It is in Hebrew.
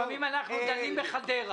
לפעמים אנחנו דנים על חדרה.